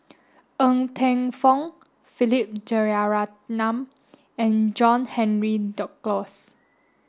Ng Teng Fong Philip Jeyaretnam and John Henry Duclos